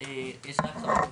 יש רק חברים מהאופוזיציה,